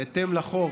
בהתאם לחוק